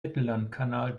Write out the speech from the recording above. mittellandkanal